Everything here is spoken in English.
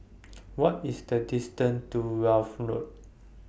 What IS The distance to Wealth Road